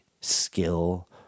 skill